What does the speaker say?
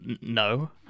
no